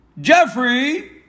Jeffrey